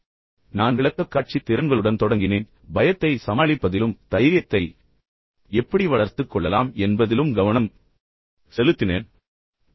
நான் பொதுவாக விளக்கக்காட்சித் திறன்களுடன் தொடங்கினேன் பின்னர் பயத்தை சமாளிப்பதிலும் நீங்கள் எப்படி தைரியத்தை வளர்த்துக் கொள்ளலாம் என்பதிலும் கவனம் செலுத்தினேன்